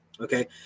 okay